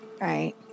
right